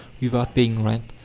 without paying rent,